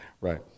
Right